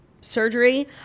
surgery